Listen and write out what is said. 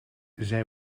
zij